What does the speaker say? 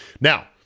Now